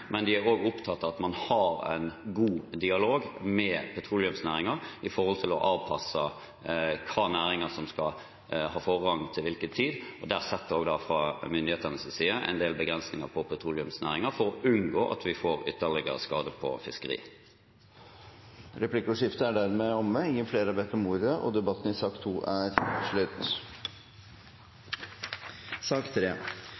men de er også opptatt av at man har en god dialog med petroleumsnæringen for å avpasse hvilke næringer som skal ha forrang, og til hvilken tid. Det legges en del begrensninger på petroleumsnæringen fra myndighetenes side for å unngå at vi får ytterligere skade på fiskeriene. Replikkordskiftet er omme. Flere har ikke bedt om ordet til sak nr. 2. Etter ønske fra energi- og